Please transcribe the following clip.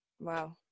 wow